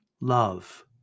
Love